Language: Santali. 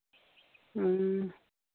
ᱦᱮᱸ